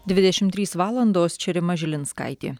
dvidešim trys valandos čia rima žilinskaitė